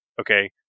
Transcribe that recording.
Okay